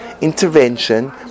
intervention